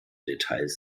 details